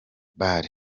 bar